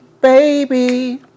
baby